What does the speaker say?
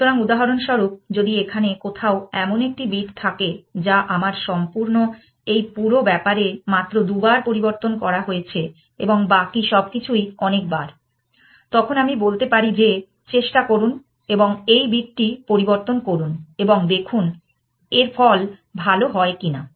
সুতরাং উদাহরণস্বরূপ যদি এখানে কোথাও এমন একটি বিট থাকে যা আমার সম্পূর্ণ এই পুরো ব্যাপারে মাত্র দুবার পরিবর্তন করা হয়েছে এবং বাকি সবকিছুই অনেক বার তখন আমি বলতে পারি যে চেষ্টা করুন এবং এই বিটটি পরিবর্তন করুন এবং দেখুন এর ফল ভাল হয় কিনা